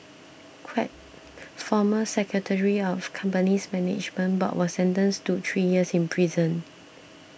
former secretary of company's management board was sentenced to three years in prison